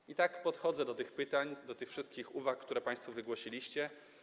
I tak podchodzę do tych pytań, do tych wszystkich uwag, które państwo wygłosiliście.